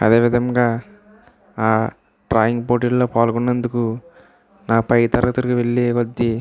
అదేవిధంగా ఆ డ్రాయింగ్ పోటీల్లో పాల్గొన్నందుకు నా పై తరగతులు వెళ్ళే కొద్దీ